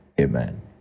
Amen